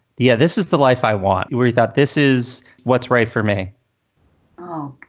yeah, this is the life i want. we thought, this is what's right for me oh.